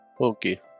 Okay